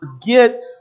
forget